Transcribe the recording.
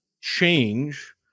change